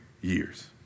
years